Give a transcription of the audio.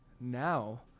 now